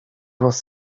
was